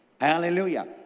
Hallelujah